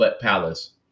palace